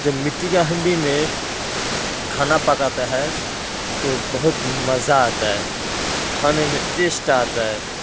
جب مٹی کا ہانڈی میں کھانا پکاتا ہے تو بہت مزہ آتا ہے کھانے میں ٹیسٹ آتا ہے